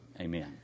amen